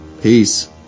Peace